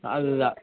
ꯑꯥ ꯑꯗꯨꯗ